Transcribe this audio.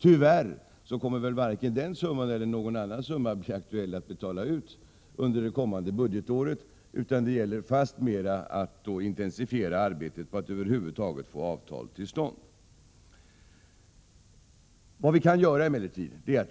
Tyvärr kommer varken den summan eller någon annan summa att bli aktuell att betala ut under det kommande budgetåret. Det gäller fast mera att intensifiera arbetet på att över huvud taget få avtal till stånd. Vi kan emellertid